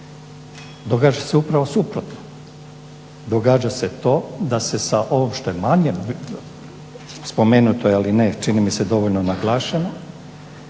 Događa se upravo suprotno, događa se to da se sa ovog što je manje, spomenuto je ali ne čini mi se dovoljno naglašeno,